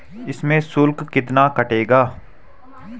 इसमें शुल्क कितना कटेगा?